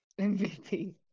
MVP